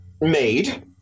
made